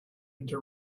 into